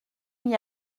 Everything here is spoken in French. n’y